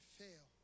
fail